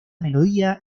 melodía